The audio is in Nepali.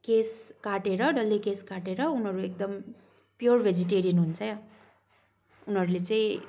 केस काटेर डल्लै केस काटेर उनीहरू एकदम प्योर भेजिटेरियन हुन्छ उनीहरूले चाहिँ